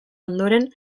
ondoren